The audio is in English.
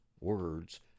words